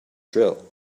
drill